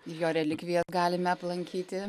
jo relikvijas galime aplankyti